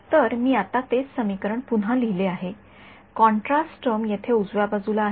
तर मी आता तेच समीकरण पुन्हा लिहिले आहे कॉन्ट्रास्ट टर्म येथे उजव्या बाजूला आहे